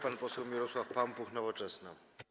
Pan poseł Mirosław Pampuch, Nowoczesna.